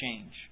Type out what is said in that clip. change